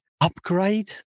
upgrade